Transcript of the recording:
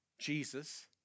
Jesus